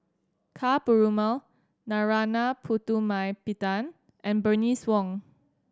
Ka Perumal Narana Putumaippittan and Bernice Wong